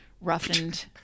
roughened